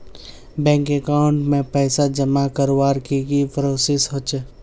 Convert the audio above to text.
Bank account में पैसा जमा करवार की की प्रोसेस होचे?